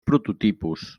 prototipus